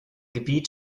gebiet